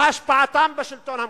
מה השפעתם בשלטון המקומי?